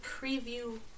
preview